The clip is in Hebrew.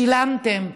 שילמתם,